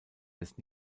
des